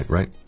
Right